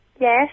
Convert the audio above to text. Yes